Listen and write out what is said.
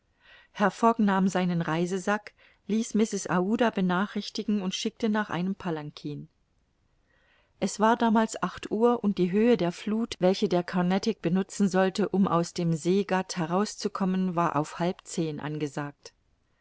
fogg nahm seinen reisesack ließ mrs aouda benachrichtigen und schickte nach einem palankin es war damals acht uhr und die höhe der fluth welche der carnatic benutzen sollte um aus dem seegat herauszukommen war auf halb zehn angesagt